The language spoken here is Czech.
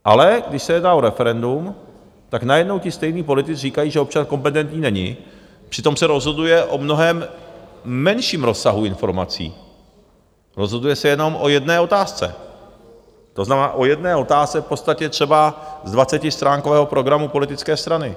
Ale když se jedná o referendum, tak najednou ti stejní politici říkají, že občan kompetentní není, přitom se rozhoduje o mnohem menším rozsahu informací, rozhoduje se jenom o jedné otázce, to znamená o jedné otázce v podstatě třeba z dvacetistránkového programu politické strany.